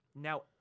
Now